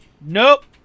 nope